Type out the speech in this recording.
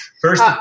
first